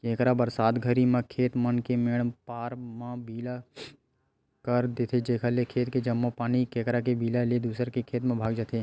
केंकरा बरसात घरी म खेत मन के मेंड पार म बिला कर देथे जेकर ले खेत के जम्मो पानी केंकरा के बिला ले दूसर के खेत म भगा जथे